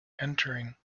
entering